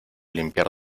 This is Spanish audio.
limpiar